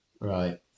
Right